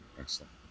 Excellent